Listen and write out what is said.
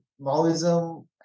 Maoism